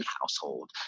household